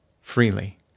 freely